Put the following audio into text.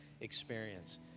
experience